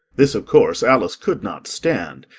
this course, alice could not stand,